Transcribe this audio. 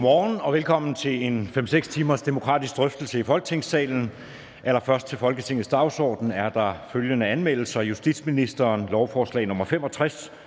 Godmorgen og velkommen til en 5-6 timers demokratisk drøftelse i Folketingssalen. I dag er der følgende anmeldelser: Justitsministeren (Peter